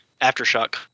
Aftershock